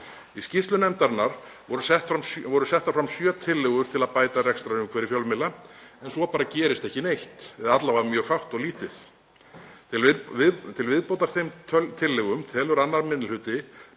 Í skýrslu nefndarinnar voru settar fram sjö tillögur til að bæta rekstrarumhverfi fjölmiðla en svo bara gerist ekki neitt eða alla vega mjög fátt og lítið. Til viðbótar þeim tillögum telur 2. minni hluti